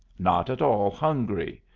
not at all hungry.